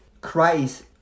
Christ